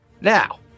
Now